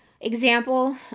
example